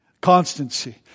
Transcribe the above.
Constancy